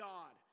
God